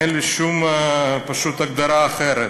אין לי פשוט שום הגדרה אחרת.